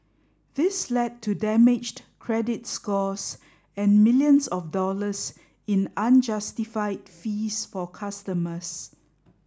this led to damaged credit scores and millions of dollars in unjustified fees for customers